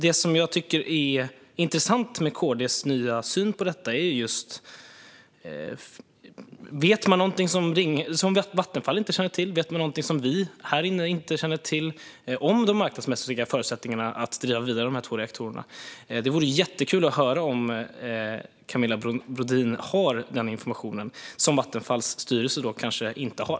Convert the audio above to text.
Det är intressant med KD:s nya syn på detta. Vet ni något som Vattenfall eller vi här inne inte känner till om de marknadsmässiga förutsättningarna att driva vidare dessa två reaktorer? Det vore jättekul att höra om Camilla Brodin har någon information som Vattenfalls styrelse kanske inte har.